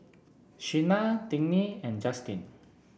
Sheena Tiney and Justyn